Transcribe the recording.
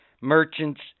merchants